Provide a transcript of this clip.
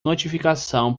notificação